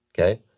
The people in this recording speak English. okay